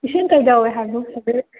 ꯏꯁꯤꯡ ꯀꯩꯗꯧꯋꯦ ꯍꯥꯏꯕꯅꯣ